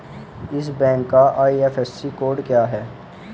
इस बैंक का IFSC code क्या है?